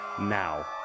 Now